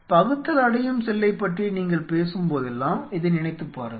பகுத்தலடையும் செல்லைப் பற்றி நீங்கள் பேசும் போதெல்லாம் இதை நினைத்துப் பாருங்கள்